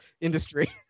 industry